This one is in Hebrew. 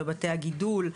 בבתי הגידול,